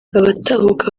abatahuka